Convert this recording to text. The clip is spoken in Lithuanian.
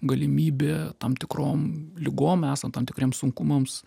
galimybė tam tikrom ligom esant tam tikriems sunkumams